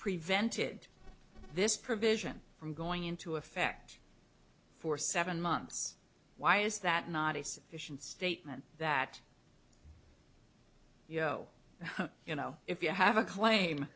prevented this provision from going into effect for seven months why is that not a sufficient statement that you know you know if you have a claim